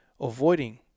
avoiding